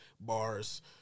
bars